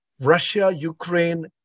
Russia-Ukraine